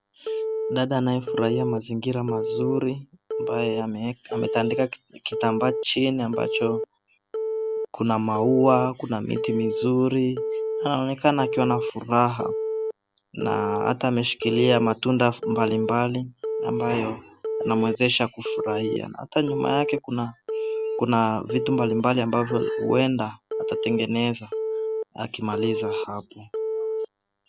Dada anayefurahia mazingira mazuri ambaye ametandika kitambaa chini ambacho kuna maua, kuna miti mizuri. Anaonekana akiwa na furaha na ata ameshikilia matunda mbalimbali ambayo yanamwezesha kufurahia. Ata nyuma yake kuna vitu mbalimbali ambavyo huenda atatengeneza akimaliza hapo.